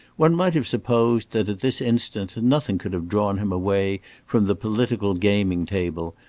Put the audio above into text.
one might have supposed that, at this instant, nothing could have drawn him away from the political gaming-table,